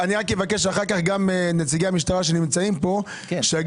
אבקש אחר כך גם מנציגי המשטרה שנמצאים פה שיגידו